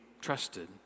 trusted